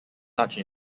large